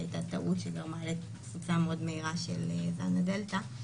הייתה טעות שגרמה לתפוצה מאוד מהירה של זן הדלתא.